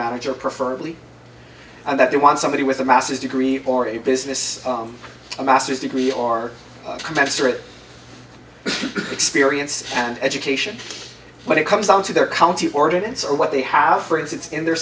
manager preferred leave and that they want somebody with a master's degree or a business a master's degree are commensurate experience and education when it comes down to their county ordinance or what they have for instance in their